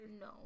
no